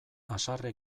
haserre